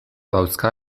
dauzka